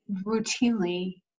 routinely